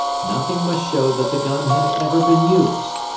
nothing must show that the gun had ever been used!